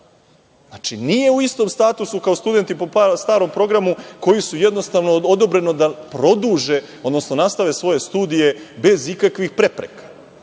način? Nije u istom statusu kao studenti po starom programu kojima je odobreno da produže, odnosno nastave svoje studije bez ikakvih prepreka.